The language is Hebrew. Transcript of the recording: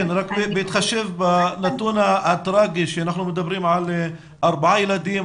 רק בהתחשב בנתון הטרגי שאנחנו מדברים על ארבעה ילדים,